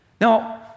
Now